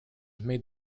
made